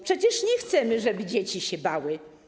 Przecież nie chcemy, żeby dzieci się bały.